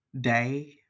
day